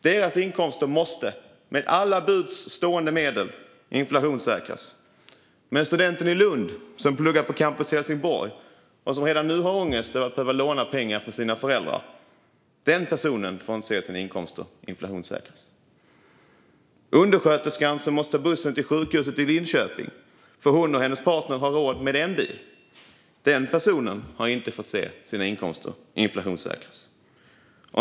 Deras inkomster ska med alla till buds stående medel inflationssäkras. Studenten i Lund, som pluggar på Campus Helsingborg och redan nu har ångest över att behöva låna pengar av sina föräldrar, får dock inte se sina inkomster inflationssäkras. Undersköterskan som måste ta bussen till sjukhuset i Linköping eftersom hon och hennes partner bara har råd med en bil har inte fått se sina inkomster inflationssäkras.